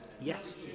Yes